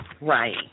Right